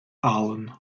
allen